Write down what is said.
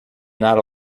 not